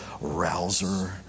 rouser